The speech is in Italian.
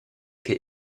che